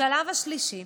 בשלב השלישי,